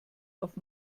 auf